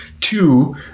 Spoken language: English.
Two